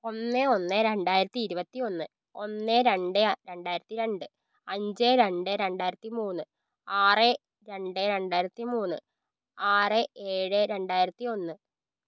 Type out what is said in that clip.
ഒന്ന് ഒന്ന് രണ്ടായിരത്തി ഇരുപത്തി ഒന്ന് ഒന്ന് രണ്ട് രണ്ടായിരത്തി രണ്ട് അഞ്ച് രണ്ട് രണ്ടായിരത്തി മൂന്ന് ആറ് രണ്ട് രണ്ടായിരത്തി മൂന്ന് ആറ് ഏഴ് രണ്ടായിരത്തി ഒന്ന്